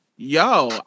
Yo